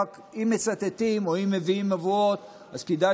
רק אם מצטטים או אם מביאים מבואות אז כדאי